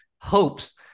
hopes